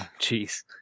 Jeez